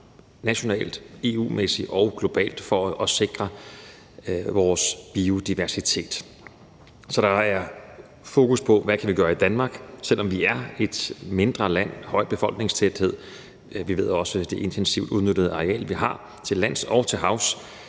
nationalt, EU-mæssigt og globalt for at sikre vores biodiversitet. Så der er fokus på, hvad vi kan gøre i Danmark, selv om vi er et mindre land med høj befolkningstæthed. Vi ved også, at vi har et intensivt udnyttet areal til lands og til